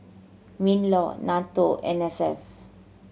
MinLaw NATO and N S F